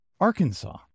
Arkansas